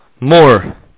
more